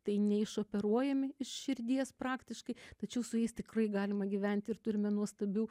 tai neišoperuojami iš širdies praktiškai tačiau su jais tikrai galima gyvent ir turime nuostabių